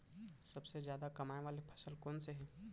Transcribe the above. सबसे जादा कमाए वाले फसल कोन से हे?